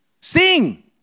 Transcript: sing